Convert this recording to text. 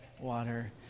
water